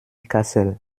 kassel